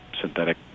synthetic